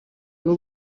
n’u